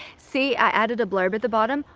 see i added a blurb at the bottom.